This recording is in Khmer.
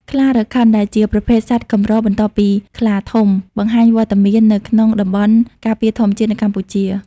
ខ្លារខិនដែលជាប្រភេទសត្វកម្របន្ទាប់ពីខ្លាធំ បង្ហាញវត្តមាននៅក្នុងតំបន់ការពារធម្មជាតិនៅកម្ពុជា។